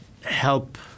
help